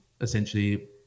essentially